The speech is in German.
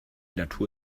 natur